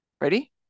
Ready